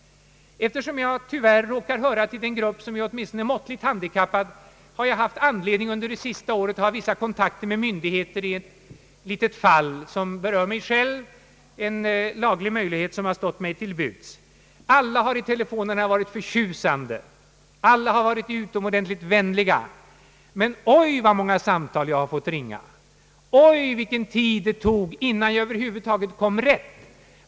Eftersom jag råkar höra till den grupp som är måttligt handikappad har jag under det sista året haft anledning att ta kontakt med myndigheterna i ett fall som berör mig själv; en laglig möjlighet som stått mig till buds. Alla har i telefonerna varit förtjusande och utomordentligt vänliga, men oj vad många samtal jag har fått ringa och vilken tid det tog innan jag över huvud taget kom rätt.